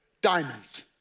Diamonds